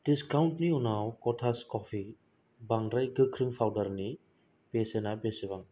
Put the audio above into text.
दिस्काउन्टनि उनाव क'थास क'फि बांद्राय गोख्रों पाउदारनि बेसेना बेसेबां